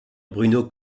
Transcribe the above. bruno